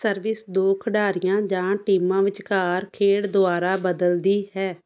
service ਦੋ ਖਿਡਾਰੀਆਂ ਜਾਂ ਟੀਮਾਂ ਵਿਚਕਾਰ ਖੇਡ ਦੁਆਰਾ ਬਦਲਦੀ ਹੈ